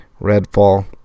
Redfall